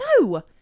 No